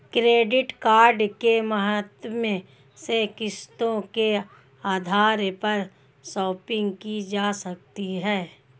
credit card के माध्यम से किस्तों के आधार पर शापिंग की जा सकती है